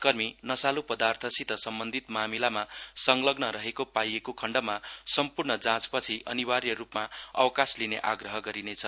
कर्मी नशाल्पदार्थसित सम्वन्धित ममिलामा संलग्न रहेको पाइएको खण्डमा सम्पूर्ण सम्पूर्ण जाँच पछि अनिवार्यरूपमा अवकाश लिने आग्रह गरिनेछ